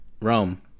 Rome